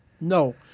No